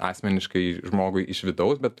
asmeniškai žmogui iš vidaus bet